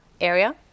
area